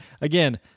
again